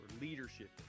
leadership